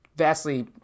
Vastly